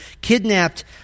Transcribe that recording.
kidnapped